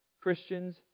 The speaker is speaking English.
Christians